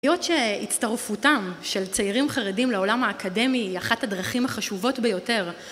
היות שהצטרפותם של צעירים חרדים לעולם האקדמי היא אחת הדרכים החשובות ביותר